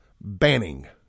banning